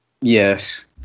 Yes